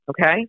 Okay